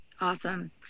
Awesome